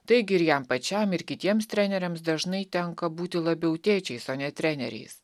taigi ir jam pačiam ir kitiems treneriams dažnai tenka būti labiau tėčiais o ne treneriais